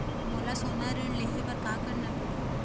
मोला सोना ऋण लहे बर का करना पड़ही?